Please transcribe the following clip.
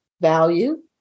value